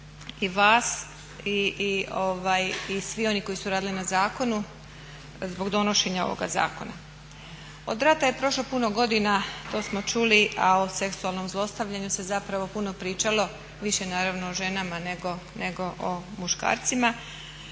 i vas i svi oni koji su radili na zakonu zbog donošenja ovoga zakona. Od rata je prošlo puno godina, to smo čuli a o seksualnom zlostavljanu se zapravo puno pričalo, više naravno o ženama nego o muškarcima.